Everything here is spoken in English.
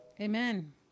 Amen